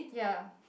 ya